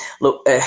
look